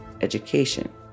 education